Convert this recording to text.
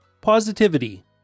Positivity